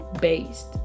based